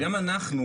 גם אנחנו,